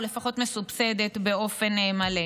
או לפחות מסובסדת באופן מלא.